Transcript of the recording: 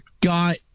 got